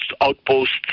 outposts